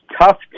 tough